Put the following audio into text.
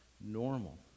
normal